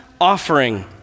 offering